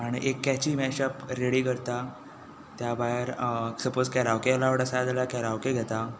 आनी एक catchy mashup ready करता त्याभायर सपोज कॅरावके एलावड आसा जाल्यार कॅरावके घेता